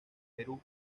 perú